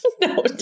No